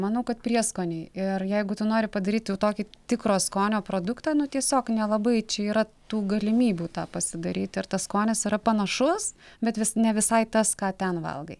manau kad prieskoniai ir jeigu tu nori padaryt jau tokį tikro skonio produktą nu tiesiog nelabai čia yra tų galimybių tą pasidaryt ir tas skonis yra panašus bet vis ne visai tas ką ten valgai